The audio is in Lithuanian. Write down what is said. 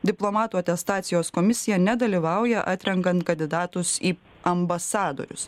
diplomatų atestacijos komisija nedalyvauja atrenkant kadidatus į ambasadorius